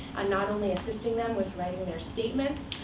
and not only assisting them with writing their statements,